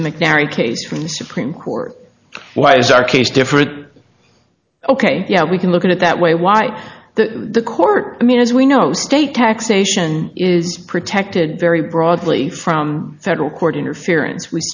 the mcnairy case from the supreme court why is our case different ok yeah we can look at it that way why the the court i mean as we know state taxation is protected very broadly from federal court interference we